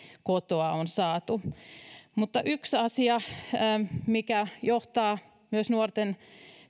kotoa on saatu yksi asia joka johtaa myös nuorten